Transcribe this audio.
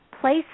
Place